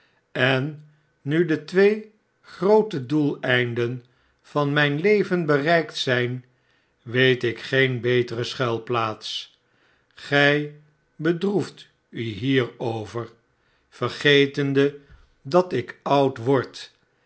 en nu de twee groote doeleinden van mijn leven bereikt zijn weet ik geen betere schuilplaats gij bedroeft u hierover vergetende dat ik oud word